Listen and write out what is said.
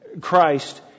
Christ